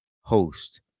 host